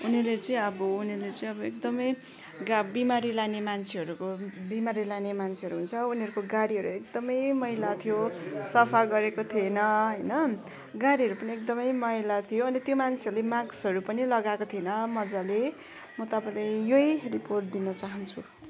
उनीहरूले चाहिँ अब उनीहरूले चाहिँ अब एकदमै गा बिमारी लाने मान्छेहरूको बिमारी लाने मान्छेहरू हुन्छ उनीहरूको गाडीहरू एकदमै मैला थियो सफा गरेको थिएन होइन गाडीहरू पनि एकदमै मैला थियो अनि त्यो मान्छेहरूले माक्सहरू पनि लगाएको थिएन मजाले म तपाईँलाई यही रिपोर्ट दिन चाहान्छु